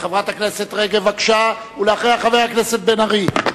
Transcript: חברת הכנסת רגב, בבקשה, ואחריה, חבר הכנסת בן-ארי.